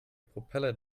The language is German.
propeller